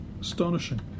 Astonishing